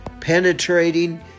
penetrating